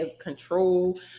control